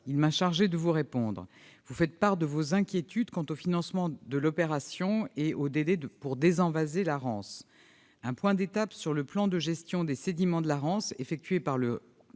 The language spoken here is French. il m'a chargé de vous répondre. Vous faites part de votre inquiétude quant au financement de l'opération et quant aux délais pour désenvaser la Rance. Un point d'étape sur le plan de gestion des sédiments de la Rance, réalisé par le